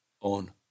on